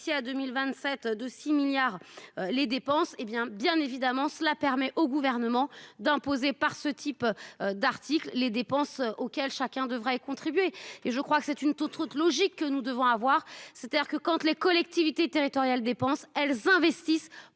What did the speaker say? à 2027 de 6 milliards les dépenses, hé bien bien évidemment cela permet au gouvernement d'imposer par ce type d'article. Les dépenses auxquelles chacun devrait contribuer et je crois que c'est une toute autre logique que nous devons avoir, c'est-à-dire que quand tu les collectivités territoriales dépenses elles investissent